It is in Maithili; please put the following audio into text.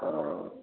हँ